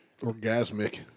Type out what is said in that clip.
Orgasmic